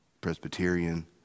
Presbyterian